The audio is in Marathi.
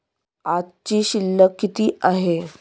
आजची शिल्लक किती आहे?